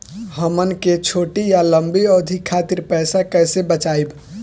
हमन के छोटी या लंबी अवधि के खातिर पैसा कैसे बचाइब?